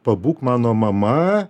pabūk mano mama